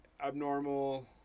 abnormal